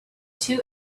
two